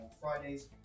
Fridays